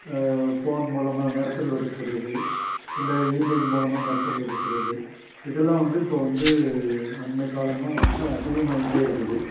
phone மூலமாக மிரட்டல் விடுக்கிறது இல்லை ஈமெயில் மூலமாக மிரட்டல் விடுக்கிறது இதெல்லாம் வந்து இப்போ வந்து அண்மைக்காலமாக ரொம்ப அதிகமாயிட்டே இருக்குது